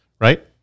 right